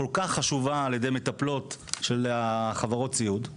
הכול כך חשובה על ידי מטפלות של חברות הסיעוד,